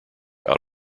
out